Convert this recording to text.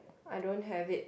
I don't have it